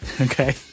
Okay